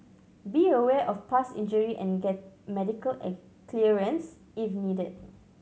be aware of past injury and get medical clearance if needed